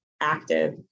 active